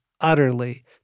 utterly